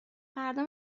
فردا